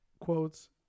quotes